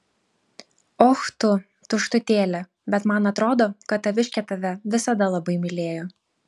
och tu tuštutėlė bet man atrodo kad taviškė tave visada labai mylėjo